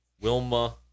Wilma